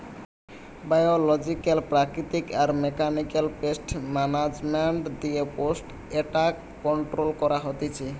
biological প্রাকৃতিক আর mechanical pest management দিয়ে পেস্ট এট্যাক কন্ট্রোল করা হতিছে